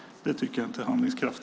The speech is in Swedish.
Det tycker jag inte är handlingskraft.